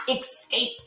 escape